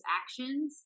actions